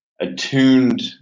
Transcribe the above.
attuned